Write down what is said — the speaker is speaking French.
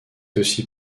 aussi